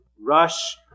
rush